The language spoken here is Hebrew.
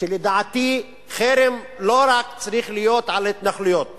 שלדעתי חרם לא צריך להיות רק על התנחלויות